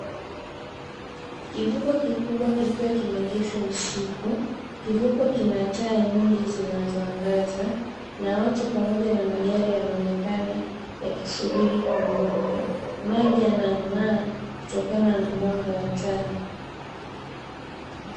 Kivuko kikubwa kikiwa kimeegeshwa usiku. Kivuko kina taa nyingi zinazoangaza na watu pamoja na magari yanaonekana yakisubiri kuondoka. Maji yanang'aa kutokana na mwanga wa taa.